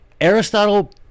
Aristotle